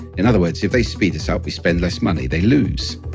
in other words, if they speed us up, we spend less money. they lose.